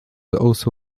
also